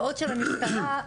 בעוד למשטרה,